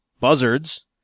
buzzards